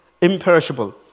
imperishable